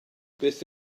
beth